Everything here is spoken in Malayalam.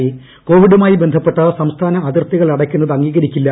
ക്കോപ്പിഡ്ുമായി ബന്ധപ്പെട്ട് സംസ്ഥാന അതിർത്തികൾ അടക്കുന്നത് അംഗീകരിക്കില്ല